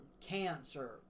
cancer